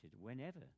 whenever